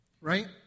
right